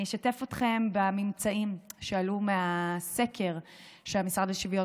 אני אשתף אתכם בממצאים שעלו מהסקר שהמשרד לשוויון